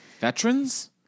veterans